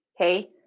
Okay